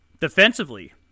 defensively